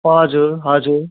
हजुर हजुर